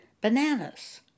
Bananas